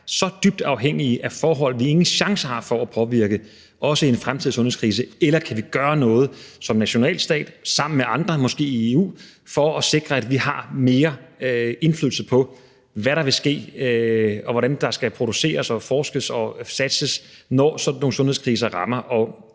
så dybt afhængige af forhold, vi ingen chance har for at påvirke, også i en fremtidig sundhedskrise, eller kan vi gøre noget som nationalstat sammen med andre, måske i EU, for at sikre, at vi har mere indflydelse på, hvad der vil ske, og hvordan der skal produceres, forskes og satses, når sådan nogle sundhedskriser rammer?